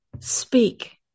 speak